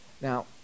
Now